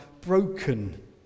broken